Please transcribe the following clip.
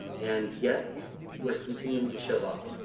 and yet we're continuing to show up.